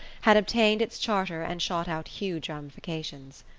had obtained its charter and shot out huge ramifications.